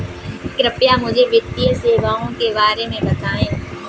कृपया मुझे वित्तीय सेवाओं के बारे में बताएँ?